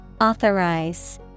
Authorize